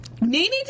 Nene